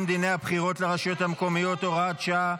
דיני הבחירות לרשויות המקומיות (הוראת שעה),